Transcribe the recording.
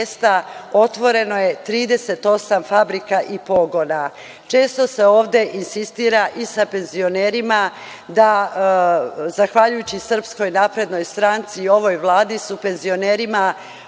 otvoreno je 38 fabrika i pogona. Često se ovde insistira i sa penzionerima da zahvaljujući SNS i ovoj Vladi su penzionerima